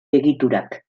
egiturak